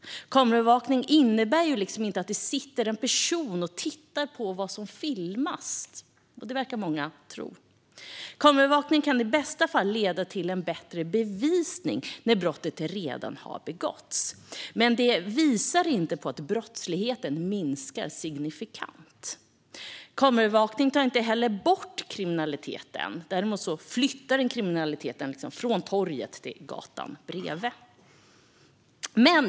Kameraövervakning innebär ju inte att det sitter en person och tittar på vad som filmas, vilket många verkar tro. Kameraövervakning kan i bästa fall leda till bättre bevisning när brottet redan har begåtts, men inget visar på att det minskar brottsligheten signifikant. Kameraövervakning tar inte heller bort kriminaliteten, utan däremot flyttar kriminaliteten från torget till gatan bredvid.